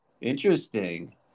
interesting